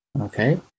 Okay